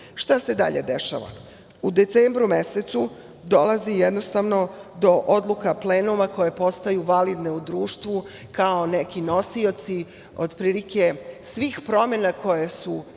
se dalje dešava? U decembru mesecu dolazi do odluka plenuma koje postaju validne u društvu kao neki nosioci svih promena koje su